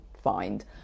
find